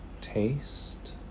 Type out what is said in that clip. taste